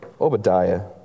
Obadiah